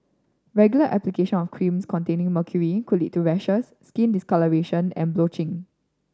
regular application of creams containing mercury could lead to rashes skin discolouration and blotching